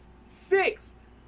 sixth